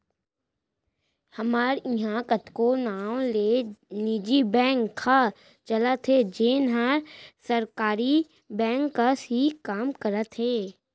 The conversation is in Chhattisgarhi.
हमर इहॉं कतको नांव ले निजी बेंक ह चलत हे जेन हर सरकारी बेंक कस ही काम करत हे